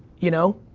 you know?